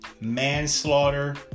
manslaughter